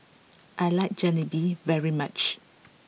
I like Jalebi very much